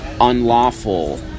Unlawful